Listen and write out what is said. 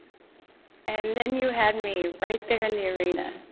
and then you had me right there in the arena.